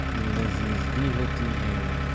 لذیذ بھی ہوتی ہیں